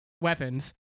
weapons